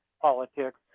politics